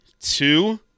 two